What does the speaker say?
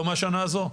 לא מהשנה הזו.